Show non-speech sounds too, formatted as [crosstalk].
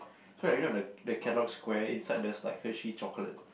[breath] so like you know the the Kellogg squares inside there's like Hershey chocolate